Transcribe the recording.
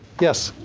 yes?